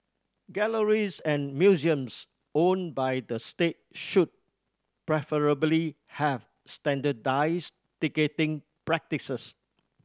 galleries and museums owned by the state should preferably have standardised ticketing practices